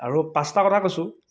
আৰু পাষ্টাৰ কথা কৈছোঁ